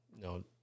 no